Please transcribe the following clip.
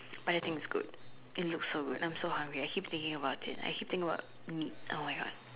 but I think it's good it looks so good I'm so hungry I keep thinking about it I keep thinking about meat !oh-my-God!